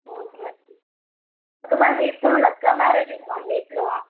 okay ఒక one వీక్లో అక్కా మ్యారేజ్ ఉంది వన్ వీక్లో